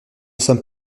sommes